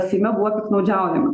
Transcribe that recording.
seime buvo piktnaudžiaujama